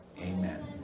Amen